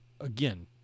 again